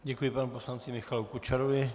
Děkuji panu poslanci Michalu Kučerovi.